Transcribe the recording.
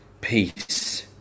peace